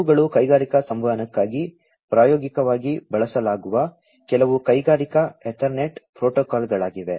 ಇವುಗಳು ಕೈಗಾರಿಕಾ ಸಂವಹನಕ್ಕಾಗಿ ಪ್ರಾಯೋಗಿಕವಾಗಿ ಬಳಸಲಾಗುವ ಕೆಲವು ಕೈಗಾರಿಕಾ ಎತರ್ನೆಟ್ ಪ್ರೋಟೋಕಾಲ್ಗಳಾಗಿವೆ